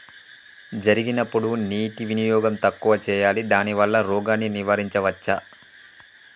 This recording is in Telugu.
జరిగినప్పుడు నీటి వినియోగం తక్కువ చేయాలి దానివల్ల రోగాన్ని నివారించవచ్చా?